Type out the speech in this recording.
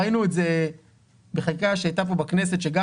ראינו את זה בחקיקה שהייתה פה בכנסת שגם